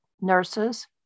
nurses